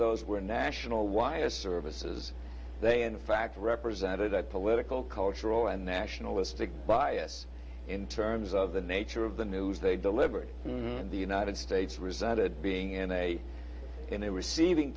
those were national wire services they in fact represented a political cultural and nationalistic bias in terms of the nature of the news they delivered in the united states resented being in a in a receiving